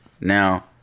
Now